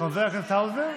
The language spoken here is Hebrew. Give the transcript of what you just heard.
חבר הכנסת האוזר.